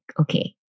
okay